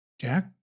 Jack